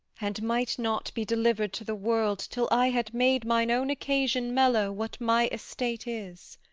and might not be delivered to the world, till i had made mine own occasion mellow, what my estate is!